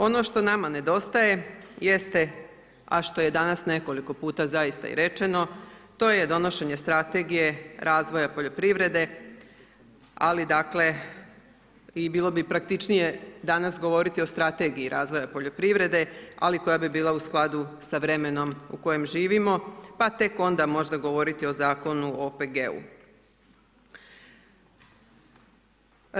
Ono što nama nedostaje jeste, a što je danas nekoliko puta zaista i rečeno, to je donošenje strategije razvoja poljoprivrede, ali dakle, i bilo bi praktičnije danas govoriti o strategiji razvoja poljoprivrede, ali koja bi bila u skladu sa vremenom u kojem živimo, pa tek onda možda govoriti o Zakonu o OPG-u.